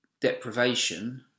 deprivation